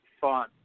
fun